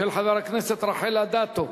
של חברת הכנסת רחל אדטו.